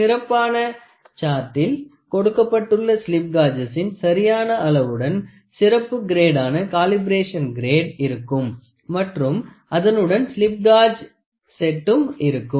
சிறப்பான சார்ட்டில் கொடுக்கப்பட்டுள்ள ஸ்லிப் காஜசின் சரியான அளவுடன் சிறப்பு கிரேடான காலிப்ரேஷன் கிரேட் இருக்கும் மற்றும் அதனுடன் ஸ்லிப் காஜ் செட்டும் இருக்கும்